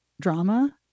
drama